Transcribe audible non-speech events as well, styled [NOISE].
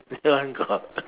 this one got [LAUGHS]